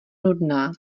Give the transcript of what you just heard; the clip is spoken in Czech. nudná